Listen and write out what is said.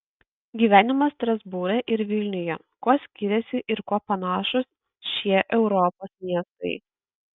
gyvenimas strasbūre ir vilniuje kuo skiriasi ir kuo panašūs šie europos miestai